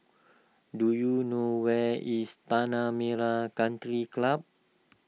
do you know where is Tanah Merah Country Club